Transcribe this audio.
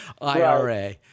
IRA